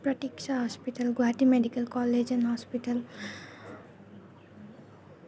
Pratiksha hospital Guwahati medical college and hospital